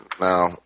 Now